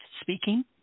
speaking